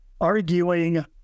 arguing